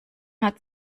hat